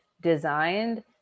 designed